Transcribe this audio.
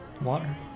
water